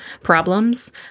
problems